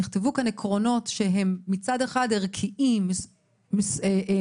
נכתבו כאן עקרונות שמצד אחד הם ערכיים ומוסריים,